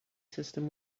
system